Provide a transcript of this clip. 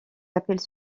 appels